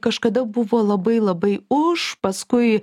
kažkada buvo labai labai už paskui